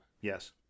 yes